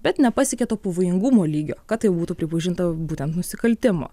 bet nepasiekė to pavojingumo lygio kad tai būtų pripažinta būtent nusikaltimu